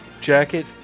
jacket